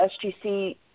SGC